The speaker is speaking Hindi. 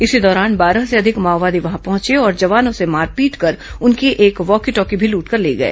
इसी दौरान बारह से अधिक माओवादी वहां पहंचे और जवानों से मारपीट कर उनकी एक वॉकी लॉटी मी लुटकर ले गए